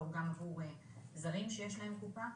או גם עבור זרים שיש להם קופה.